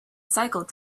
cycled